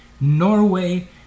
Norway